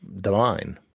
divine